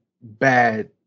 bad